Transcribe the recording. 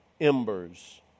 embers